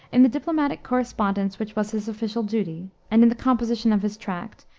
in the diplomatic correspondence which was his official duty, and in the composition of his tract,